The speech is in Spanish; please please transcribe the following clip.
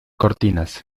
cortinas